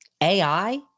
AI